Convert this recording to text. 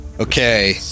Okay